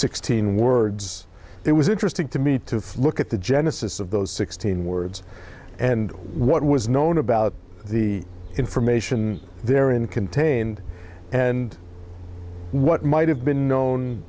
sixteen words it was interesting to me to look at the genesis of those sixteen words and what was known about the information therein contained and what might have been known